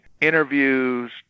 interviews